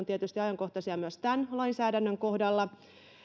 tietysti ajankohtaisia myös tämän lainsäädännön kohdalla